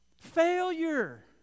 Failure